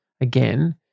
again